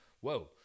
whoa